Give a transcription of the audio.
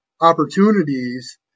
opportunities